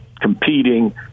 competing